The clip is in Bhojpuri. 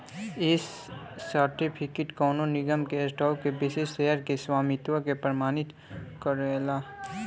इ सर्टिफिकेट कवनो निगम के स्टॉक के विशिष्ट शेयर के स्वामित्व के प्रमाणित करेला